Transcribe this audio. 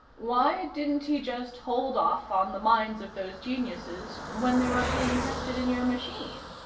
why didn't he just hold off on the minds of those geniuses when they were being tested in your machine?